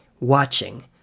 watching